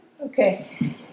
Okay